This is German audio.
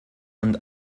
und